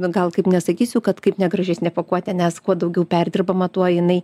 nu gal kaip nesakysiu kad kaip negražesnė pakuotė nes kuo daugiau perdirbama tuo jinai